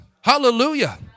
hallelujah